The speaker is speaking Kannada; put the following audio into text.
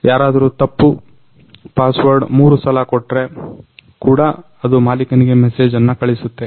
ಯಾರದ್ರು ತಪ್ಪು ಪಾಸ್ವರ್ಡ್ ಮೂರು ಸಲ ಕೊಟ್ರೆ ಕೂಡ ಇದು ಮಾಲೀಕನಿಗೆ ಮೆಸೇಜನ್ನ ಕಳಿಸುತ್ತೆ